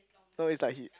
no it's like he